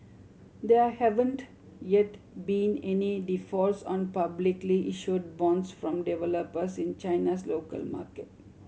there haven't yet been any defaults on publicly issued bonds from developers in China's local market